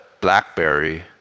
Blackberry